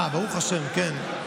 ברוך השם, כן.